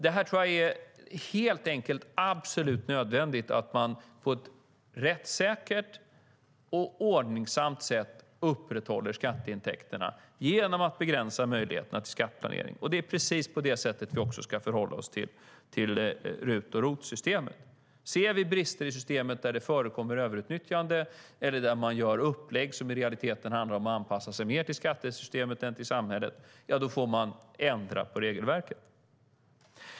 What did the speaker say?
Det är helt enkelt absolut nödvändigt att man på ett rättssäkert och ordningsamt sätt upprätthåller skatteintäkter genom att begränsa möjligheterna till skatteplanering. Det är precis på det sättet som vi ska förhålla oss till RUT och ROT-systemet. Ser vi brister i systemet där det förekommer överutnyttjande eller där man gör upplägg som i realiteten handlar om att anpassa sig mer till skattesysteket än till samhället, ja, då får man ändra på regelverket.